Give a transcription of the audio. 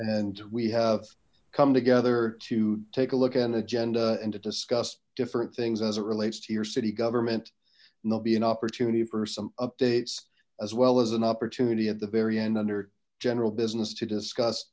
and we have come together to take a look at an agenda and to discuss different things as it relates to your city government and there'll be an opportunity for some updates as well as an opportunity at the very end under general business to discuss